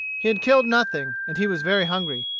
he had killed nothing, and he was very hungry.